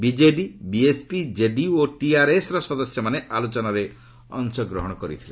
BJD BSP କେଡିୟୁ ଓ ଟିଆର୍ଏସ୍ର ସଦସ୍ୟମାନେ ଆଲୋଚନାରେ ଅଂଶଗ୍ରହଣ କରିଥିଲେ